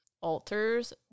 alters